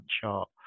chart